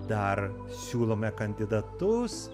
dar siūlome kandidatus